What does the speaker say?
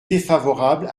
défavorables